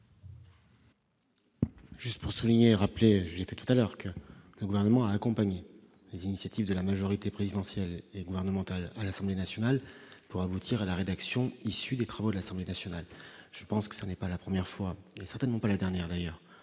Juste pour souligner rappeler était tout à l'heure que le gouvernement à accompagner les initiatives de la majorité présidentielle et gouvernementale à l'Assemblée nationale pour aboutir à la rédaction issue des travaux de l'Assemblée nationale, je pense que ce n'est pas la première fois, et certainement pas la dernière d'ailleurs,